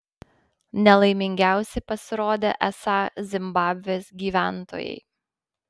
nelaimingiausi pasirodė esą zimbabvės gyventojai